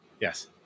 Yes